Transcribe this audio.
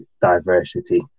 diversity